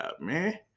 man